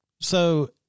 So-